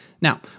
Now